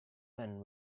men